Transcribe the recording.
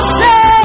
say